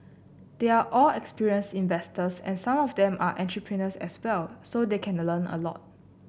they are all experienced investors and some of them are entrepreneurs as well so they can learn a lot